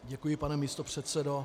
Děkuji, pane místopředsedo.